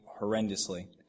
horrendously